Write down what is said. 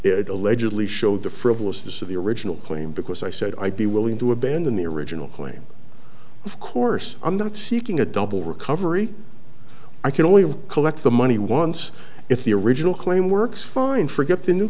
it allegedly showed the frivolousness of the original claim because i said i'd be willing to abandon the original claim of course i'm not seeking a double recovery i can only collect the money once if the original claim works fine for get the new